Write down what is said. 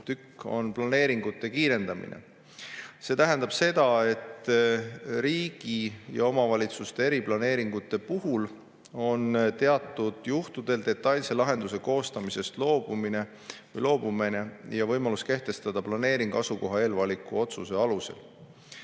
on planeeringute kiirendamine. See tähendab seda, et riigi ja omavalitsuste eriplaneeringute puhul on teatud juhtudel võimalik detailse lahenduse koostamisest loobuda ja kehtestada planeering asukoha eelvaliku otsuse alusel.